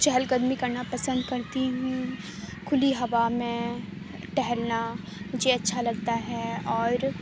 چہل قدمی کرنا پسند کرتی ہوں کھلی ہوا میں ٹہلنا مجھے اچھا لگتا ہے اور